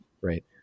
right